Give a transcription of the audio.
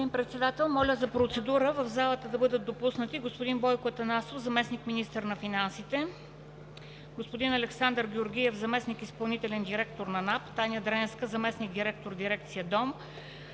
Господин Председател, моля за процедура – в залата да бъдат допуснати господин Бойко Атанасов – заместник-министър на финансите, господин Александър Георгиев – заместник-изпълнителен директор на НАП, Таня Дренска – заместник-директор на Дирекция